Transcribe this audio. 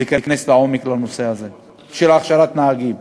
להיכנס לעומק הנושא של הכשרת נהגים.